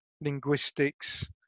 linguistics